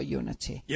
unity